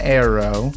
arrow